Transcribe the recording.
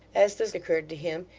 as this occurred to him,